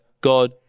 God